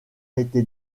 été